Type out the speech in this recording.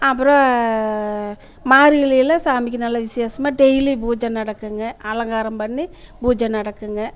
அப்புறம் மார்கழியில் சாமிக்கி நல்ல விசேஷமாக டெய்லி பூஜை நடக்குங்க அலங்காரம் பண்ணி பூஜை நடக்குங்க